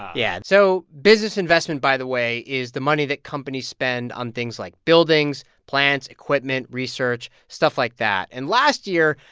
yeah. so business investment, by the way, is the money that companies spend on things like buildings, plants, equipment, research, stuff like that. and last year,